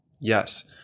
yes